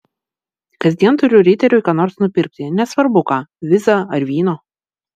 kasdien turiu riteriui ką nors nupirkti nesvarbu ką vizą ar vyno